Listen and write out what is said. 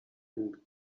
and